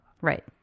right